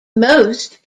most